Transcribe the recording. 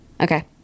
Okay